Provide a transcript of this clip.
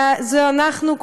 זה אנחנו,